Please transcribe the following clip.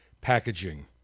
packaging